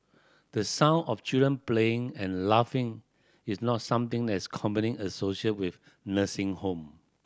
the sound of children playing and laughing is not something that is commonly associated with nursing home